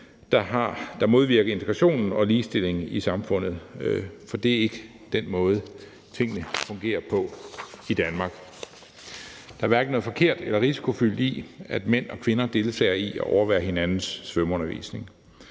der modvirker integrationen og ligestillingen i samfundet, for det er ikke den måde, tingene fungerer på i Danmark. Der er hverken noget forkert eller risikofyldt i, at mænd og kvinder deltager i og overværer hinandens svømmeundervisning.